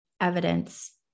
evidence